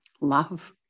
Love